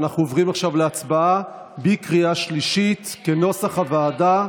ואנחנו עוברים עכשיו להצבעה בקריאה שלישית כנוסח הוועדה.